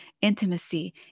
intimacy